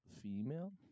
female